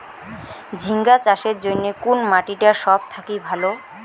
ঝিঙ্গা চাষের জইন্যে কুন মাটি টা সব থাকি ভালো?